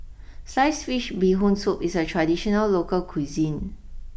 sliced Fish Bee Hoon Soup is a traditional local cuisine